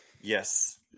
Yes